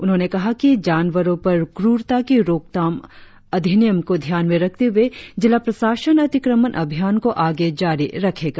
उन्होंने कहा कि जानवरो पर क्ररता की रोकथाम अधिनियम को ध्यान में रखते हुए जिला प्रशासन अतिक्रमण अभियान को आगे जारी रखेगा